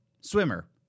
Swimmer